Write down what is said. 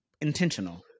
intentional